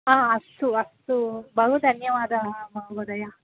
हा अस्तु अस्तु बहु धन्यवादाः महोदया